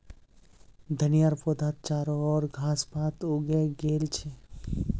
धनिया पौधात चारो ओर घास पात उगे गेल छ